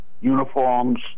uniforms